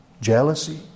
Jealousy